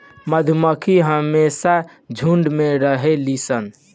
मधुमक्खी हमेशा झुण्ड में ही रहेलीन